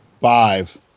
five